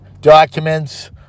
documents